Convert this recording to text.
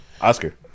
oscar